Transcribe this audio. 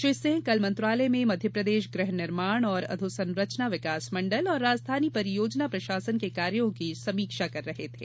श्री सिंह कल मंत्रालय में मध्यप्रदेश गृह निर्माण एवं अधोसंरचना विकास मण्डल और राजधानी परियोजना प्रशासन के कार्यो की समीक्षा कर रहे थे